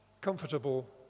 comfortable